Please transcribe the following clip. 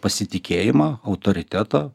pasitikėjimo autoriteto